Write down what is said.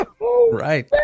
right